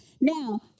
Now